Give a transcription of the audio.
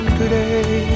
today